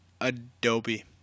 Adobe